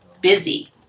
busy